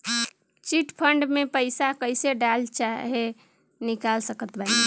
Chit fund मे पईसा कईसे डाल चाहे निकाल सकत बानी?